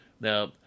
Now